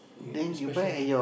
e~ especially non